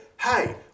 Hey